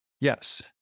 yes